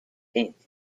paintings